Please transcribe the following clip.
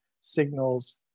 signals